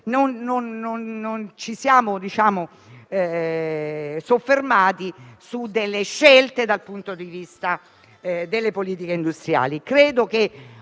non ci siamo soffermati su delle scelte nell'ambito delle politiche industriali.